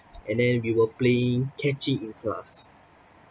and then we were playing catch it in class